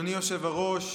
אדוני היושב-ראש,